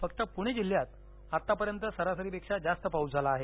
फक्त पुणे जिल्ह्यात आतापर्यंत सरासरीपेक्षा जास्त पाऊस झाला आहे